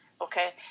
okay